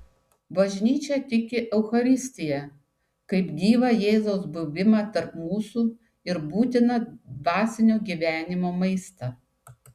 bažnyčia tiki eucharistiją kaip gyvą jėzaus buvimą tarp mūsų ir būtiną dvasinio gyvenimo maistą